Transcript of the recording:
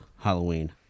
Halloween